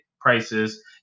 prices